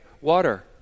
water